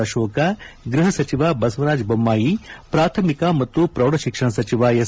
ಅಶೋಕ್ ಗೃಪ ಸಚಿವ ಬಸವರಾಜ ಬೊಮ್ಬಾಯಿ ಪಾಥಮಿಕ ಮತ್ತು ಪ್ರೌಢ ಶಿಕ್ಷಣ ಸಚಿವ ಎಸ್